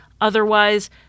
Otherwise